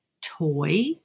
toy